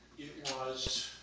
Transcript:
was